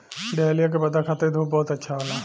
dahlia के पौधा खातिर धूप बहुत अच्छा होला